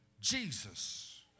Jesus